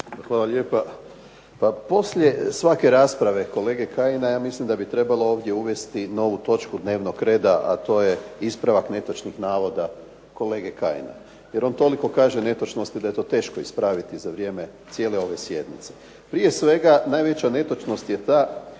Hvala lijepa. Pa poslije svake rasprave kolege Kajina ja mislim da bi trebalo ovdje uvesti novu točku dnevnog reda, a to je ispravak netočnih navoda kolege Kajina, jer on toliko kaže netočnosti da je to teško ispraviti za vrijeme cijele ove sjednice. Prije svega najveća netočnost je ta